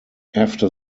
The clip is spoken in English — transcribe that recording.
after